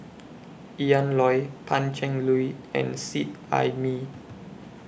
Ian Loy Pan Cheng Lui and Seet Ai Mee